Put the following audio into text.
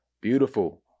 beautiful